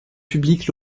publique